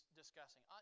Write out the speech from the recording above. discussing